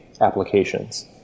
applications